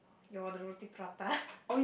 your the roti prata